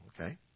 Okay